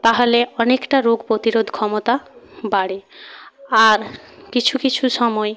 তাহলে অনেকটা রোগ প্রতিরোধ ক্ষমতা বাড়ে আর কিছু কিছু সময়